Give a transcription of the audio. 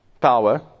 power